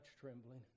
trembling